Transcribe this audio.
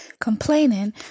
complaining